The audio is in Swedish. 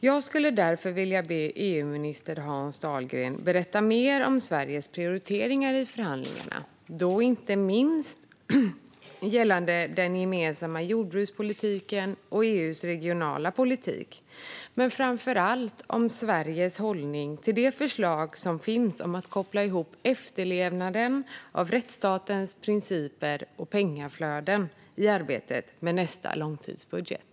Jag skulle därför vilja be EU-minister Hans Dahlgren att berätta mer om Sveriges prioriteringar i förhandlingarna, och då inte minst gällande den gemensamma jordbrukspolitiken och EU:s regionala politik men framför allt om Sveriges hållning till det förslag som finns om att koppla ihop efterlevnaden av rättsstatens principer och pengaflöden i arbetet med nästa långtidsbudget.